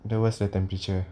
there what's the temperature